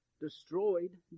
destroyed